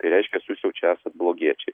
tai reiškias jūs jau čia esat blogiečiai